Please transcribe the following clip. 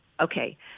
Okay